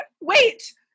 Wait